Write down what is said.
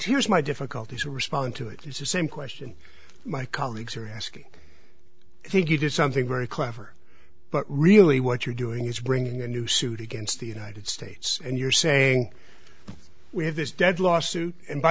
here's my difficulty to respond to it it's the same question my colleagues are asking i think you did something very clever but really what you're doing is bringing a new suit against the united states and you're saying we have this dead lawsuit and by